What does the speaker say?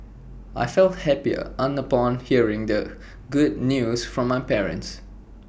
I felt happy on upon hearing the good news from my parents